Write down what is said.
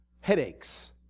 headaches